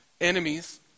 enemies